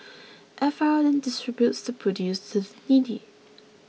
F R then distributes the produce to the needy